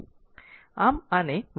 આમ જો આને v v x vL 0 છે